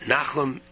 Nachum